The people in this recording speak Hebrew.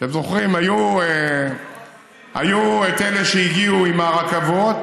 אתם זוכרים, היו אלה שהגיעו עם הרכבות,